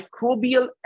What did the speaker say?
microbial